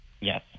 Yes